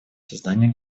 создания